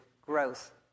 growth